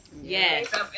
yes